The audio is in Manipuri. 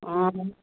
ꯑꯣ